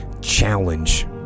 challenge